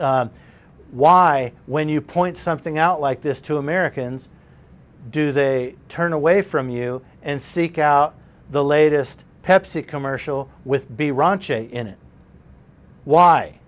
this why when you point something out like this to americans do they turn away from you and seek out the latest pepsi commercial with be raunchy